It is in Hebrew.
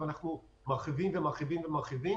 ואנחנו מרחיבים ומרחיבים ומרחיבים